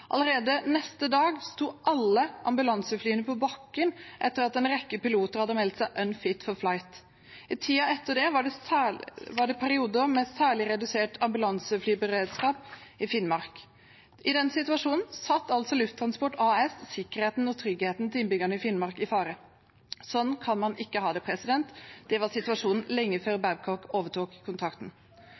Allerede neste dag sto alle ambulanseflyene på bakken etter at en rekke piloter hadde meldt seg «unfit for flight». I tiden etter det var det perioder med særlig redusert ambulanseflyberedskap i Finnmark. I den situasjonen satte altså Lufttransport AS sikkerheten og tryggheten til innbyggerne i Finnmark i fare. Sånn kan man ikke ha det – det var situasjonen lenge før Babcock overtok kontrakten.